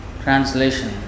Translation